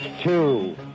two